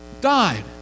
died